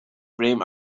brim